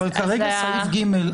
אבל כרגע סעיף (ג)